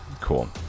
Cool